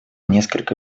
несколько